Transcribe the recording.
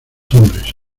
hombres